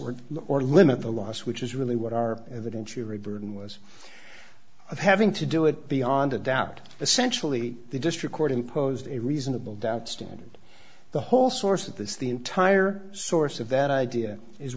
word or limit the last which is really what are evident you are a burden was of having to do it beyond a doubt essentially the district court imposed a reasonable doubt standard the whole source of this the entire source of that idea is